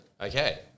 Okay